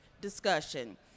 discussion